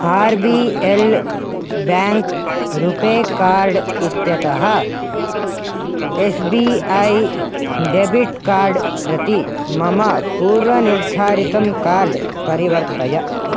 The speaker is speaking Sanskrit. R B L bank RuPay card इत्यतः S B I debit card प्रति मम पूर्वनिर्धारितं कार्ड् परिवर्तय